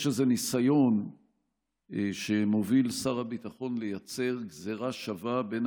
יש איזה ניסיון שמוביל שר הביטחון לייצר גזרה שווה בין